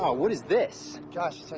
what is this?